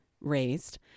raised